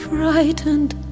Frightened